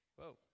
Whoa